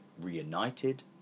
reunited